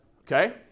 okay